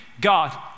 God